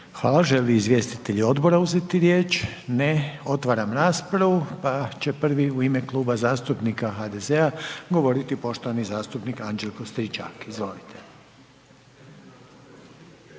Hvala. Žele li izvjestitelji odbora uzeti riječ? Ne. Otvaram raspravu pa će prvi u ime Kluba zastupnika HDZ-a govoriti poštovani zastupnik Anđelko Stričak. Izvolite.